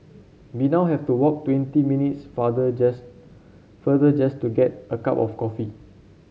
we now have to walk twenty minutes farther just further just to get a cup of coffee